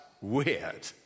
weird